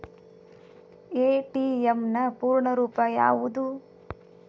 ATM ನ ಪೂರ್ಣ ರೂಪ ಯಾವುದು?